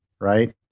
Right